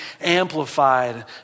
amplified